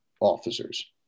officers